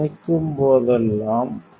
நினைக்கும் போதெல்லாம் 2601